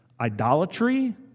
idolatry